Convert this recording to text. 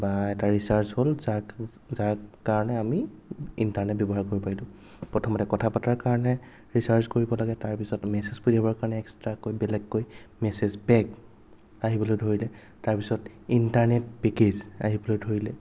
বা এটা ৰিচাৰ্জ হ'ল যাক যাৰ কাৰণে আমি ইন্টাৰনেট ব্যৱহাৰ কৰিব পাৰিলোঁ প্ৰথমতে কথা পতাৰ কাৰণে ৰিচাৰ্জ কৰিব লাগে তাৰ পিছত মেচেজ পঠিয়াবৰ কাৰণে এক্সট্ৰাকৈ বেলেগকৈ মেচেজ পেক আহিবলৈ ধৰিলে তাৰ পিছত ইন্টাৰনেট পেকেজ আহিবলৈ ধৰিলে